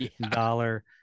dollar